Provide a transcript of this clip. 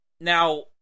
now